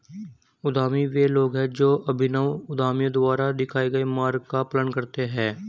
उद्यमी वे लोग हैं जो अभिनव उद्यमियों द्वारा दिखाए गए मार्ग का पालन करते हैं